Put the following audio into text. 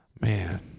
Man